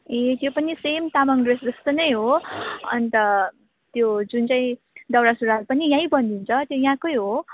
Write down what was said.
ए त्यो पनि same Tamang dress जस्तो नै हो अन्त त्यो जुन चाहिँ दौरा सुरुवाल पनि यहीँ बनिन्छ त्यो यहाँकै हो